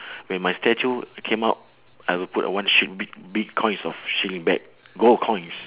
when my statue came out I will put a one shield big big coins of shield bag gold coins